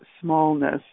smallness